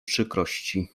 przykrości